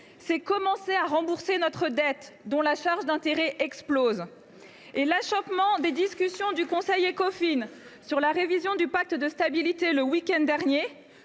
et commencer à rembourser notre dette, dont la charge d’intérêt explose. L’achoppement des discussions du conseil Écofin sur la révision du pacte de stabilité et de